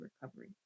recovery